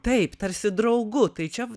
taip tarsi draugu tai čia